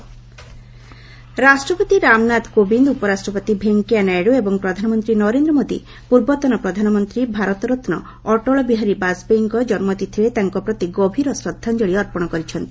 Atal anniversary ରାଷ୍ଟ୍ରପତି ରାମନାଥ କୋବିନ୍ଦ ଉପରାଷ୍ଟ୍ରପତି ଭେଙ୍କିୟା ନାଇଡୁ ଏବଂ ପ୍ରଧାନମନ୍ତ୍ରୀ ନରେନ୍ଦ୍ର ମୋଦି ପୂର୍ବତନ ପ୍ରଧାନମନ୍ତ୍ରୀ ଭାରତରତ୍ନ ଅଟଳ ବିହାରୀ ବାଜପେୟୀଙ୍କ ଜନ୍ମତିଥିରେ ତାଙ୍କ ପ୍ରତି ଗଭୀର ଶ୍ରଦ୍ଧାଞ୍ଜଳୀ ଅର୍ପଣ କରିଛନ୍ତି